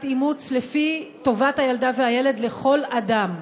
אימוץ לפי טובת הילדה והילד לכל אדם.